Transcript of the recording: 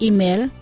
Email